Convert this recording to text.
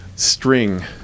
string